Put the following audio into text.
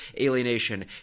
alienation